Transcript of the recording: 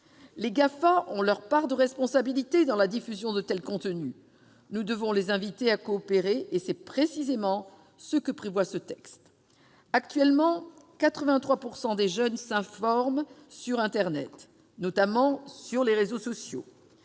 Les GAFA ont leur part de responsabilité dans la diffusion de tels contenus : nous devons les inviter à coopérer, et c'est précisément ce que prévoit la proposition de loi. À l'heure où 83 % des jeunes s'informent sur internet, notamment sur les réseaux sociaux,